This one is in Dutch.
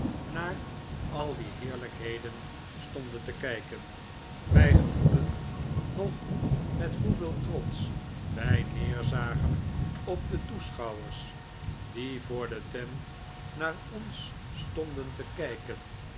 naar al die heerlijkheden stonden te kijken wij gevoelen nog met hoeveel trotsch wij neerzagen op de toeschouwers die voor de tent naar ons stonden te kijken